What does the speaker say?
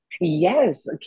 Yes